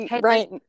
right